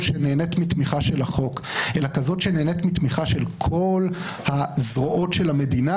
שנהנית מתמיכה של החוק אלא כזאת שנהנית מתמיכה של כל הזרועות של המדינה,